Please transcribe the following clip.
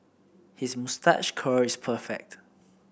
his moustache curl is perfect